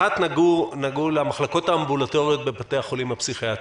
אחת נוגעת למחלקות האמבולטוריות בבתי החולים הפסיכיאטריים.